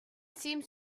seemed